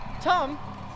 Tom